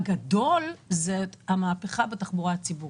הדבר הגדול זו המהפכה בתחבורה ציבורית.